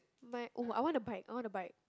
my oh I wanna a bike I wanna a bike